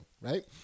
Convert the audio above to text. right